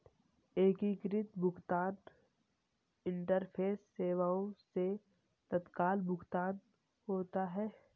एकीकृत भुगतान इंटरफेस सेवाएं से तत्काल भुगतान होता है